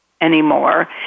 Anymore